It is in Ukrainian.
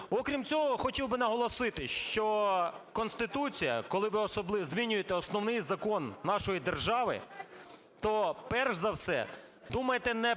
Окрім цього, хотів би наголосити, що Конституція, коли ви змінюєте Основний Закон нашої держави, то перш за все думайте не про